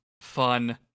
fun